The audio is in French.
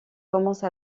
commence